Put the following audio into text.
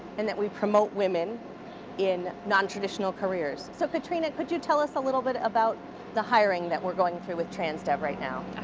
and that we promote women in non-traditional careers. so katrina, could you tell us a little bit about the hiring that we're going through with transdev right now?